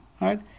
right